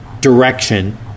direction